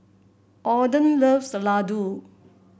Ogden loves Ladoo